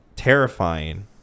terrifying